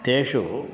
तेषु